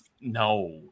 no